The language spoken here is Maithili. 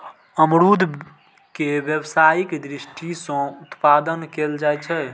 अमरूद के व्यावसायिक दृषि सं उत्पादन कैल जाइ छै